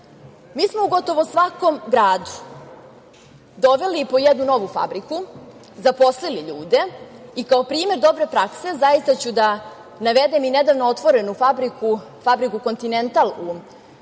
smo u gotovo svakom gradu doveli po jednu novu fabriku, zaposlili ljude i kao primer dobre prakse, zaista ću da navedem i nedavno otvorenu fabriku "Kontinental" u Novom